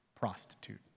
prostitute